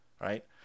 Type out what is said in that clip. right